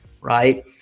Right